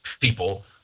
people